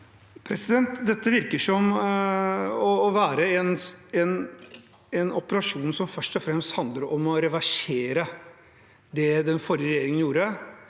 Dette virker å være en operasjon som først og fremst handler om å reversere det den forrige regjeringen gjorde,